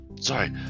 sorry